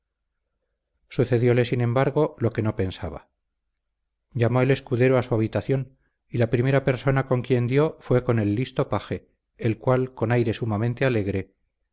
cuarto sucedióle sin embargo lo que no pensaba llamó el escudero a su habitación y la primera persona con quien dio fue con el listo paje el cual con aire sumamente alegre